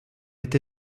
est